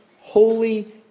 holy